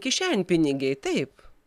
kišenpinigiai taip